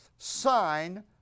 sign